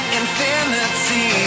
infinity